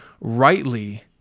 rightly